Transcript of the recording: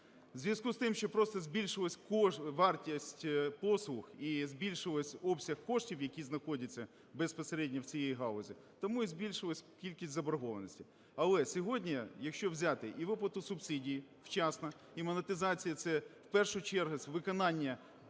зв'язку з тим що просто збільшилась вартість послуг і збільшились обсяг коштів, які знаходяться безпосередньо в цій галузі, тому і збільшилась і кількість заборгованості. Але сьогодні, якщо взяти і виплату субсидій вчасно, і монетизація, це в першу чергу виконання